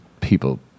People